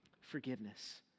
forgiveness